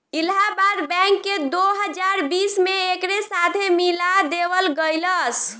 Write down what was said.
Allahabad bank के दो हजार बीस में एकरे साथे मिला देवल गईलस